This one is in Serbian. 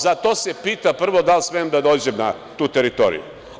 Za to se pita prvo – da li smem da dođem na tu teritoriju?